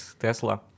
Tesla